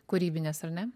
kūrybinės ar ne